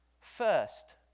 First